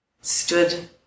stood